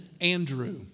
Andrew